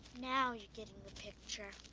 now you're getting the picture.